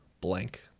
blank